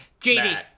JD